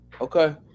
okay